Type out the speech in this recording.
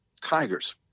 Tigers